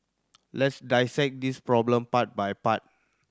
let's dissect this problem part by part